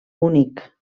únic